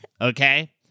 Okay